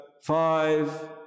five